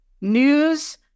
news